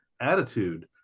attitude